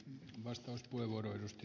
arvoisa puhemies